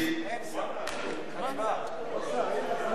לא, לא,